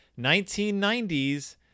1990s